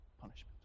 punishment